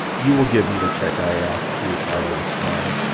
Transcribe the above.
you will give me the cheque i ask, he replied with a snarl,